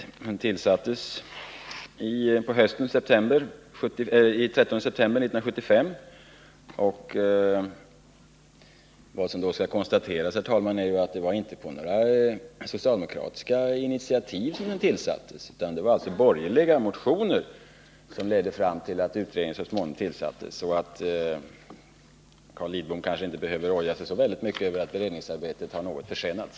Den tillsattes den 13 september 1975. Det kan, herr talman, konstateras att utredningen inte tillsattes på några socialdemokratiska initiativ — det var borgerliga motioner som ledde fram till att det så småningom tillsattes en utredning. Carl Lidbom behöver därför inte oja sig så väldigt mycket över att beredningsarbetet har något försenats.